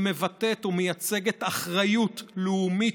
שמבטאת או מייצגת אחריות לאומית,